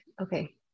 okay